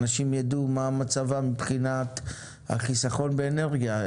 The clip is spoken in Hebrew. שאנשים יידעו מה מצבם מבחינת החיסכון באנרגיה.